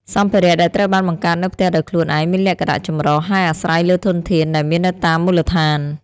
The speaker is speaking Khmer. សម្ភារៈដែលត្រូវបានបង្កើតនៅផ្ទះដោយខ្លួនឯងមានលក្ខណៈចម្រុះ ហើយអាស្រ័យលើធនធានដែលមាននៅតាមមូលដ្ឋាន។